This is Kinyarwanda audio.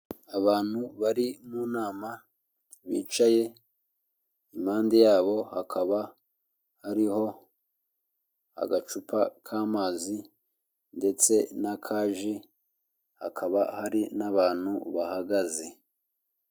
Abantu bari mu nama bicaye impande yabo hakaba hariho agacupa k'amazi ndetse n'akaji hakaba hari n'abantu bahagaze.